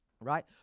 right